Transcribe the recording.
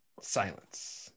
Silence